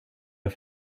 det